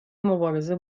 مبارزه